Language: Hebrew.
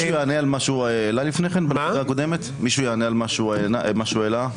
מישהו יענה על מה שהוא העלה לפני כן מישהו יענה על מה שהוא העלה?